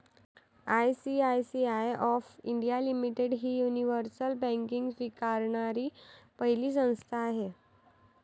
ICICI of India limited ही universal banking स्वीकारणारी पहिली संस्था आहे